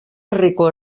herriko